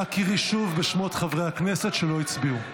אנא קראי שוב בשמות חברי הכנסת שלא הצביעו.